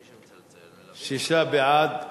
ההצעה להעביר את